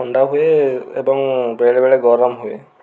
ଥଣ୍ଡା ହୁଏ ଏବଂ ବେଳେବେଳେ ଗରମ ହୁଏ